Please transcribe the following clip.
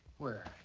where?